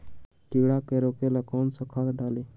कीड़ा के रोक ला कौन सा खाद्य डाली?